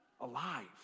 alive